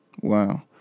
Wow